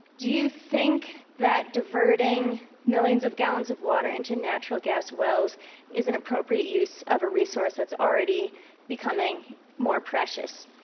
do you think that diverting millions of gallons of water into natural gas wells is an appropriate use of a resource that's already becoming more precious?